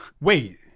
wait